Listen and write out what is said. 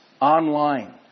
online